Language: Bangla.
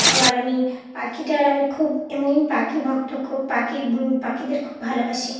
আবার আমি পাখিটার আমি খুব এমনি আমি পাখি ভক্ত খুব পাখি পাখিদের খুব ভালোবাসি